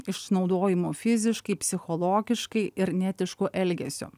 išnaudojimu fiziškai psichologiškai ir neetišku elgesiu